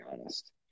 honest